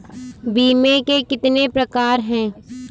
बीमे के कितने प्रकार हैं?